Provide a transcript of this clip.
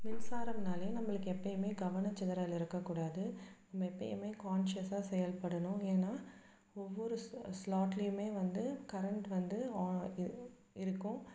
மின்சாரம்னாலே நம்மளுக்கு எப்போயுமே கவனச்சிதறல் இருக்கக்கூடாது நம்ம எப்போயுமே கான்ஷியஸாக செயல்படணும் ஏன்னா ஒவ்வொரு ஸ் ஸ்லாட்லேயுமே வந்து கரண்ட் வந்து ஆ இ இருக்கும்